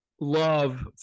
Love